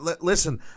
Listen